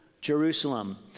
Jerusalem